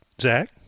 Zach